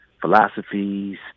philosophies